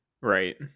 Right